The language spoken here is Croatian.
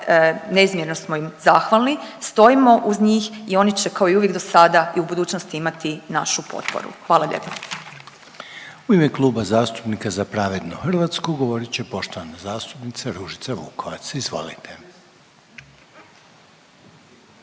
neizmjerno smo im zahvalni. Stojimo uz njih i oni će kao i uvijek do sada i u budućnosti imati našu potporu. Hvala lijepo. **Reiner, Željko (HDZ)** U ime Kluba zastupnika Za pravednu Hrvatsku, govorit će poštovana zastupnica Ružica Vukovac. Izvolite.